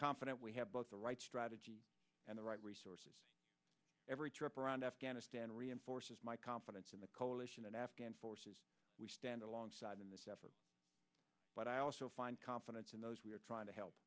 confident we have both the right strategy and the right resources every trip around afghanistan reinforces my confidence in the coalition and afghan forces we stand alongside in this effort but i also find confidence in those we are trying to help